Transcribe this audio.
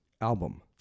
album